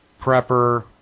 prepper